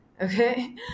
Okay